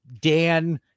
Dan